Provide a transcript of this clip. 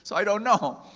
so i don't know.